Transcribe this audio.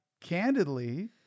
candidly